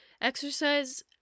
exercise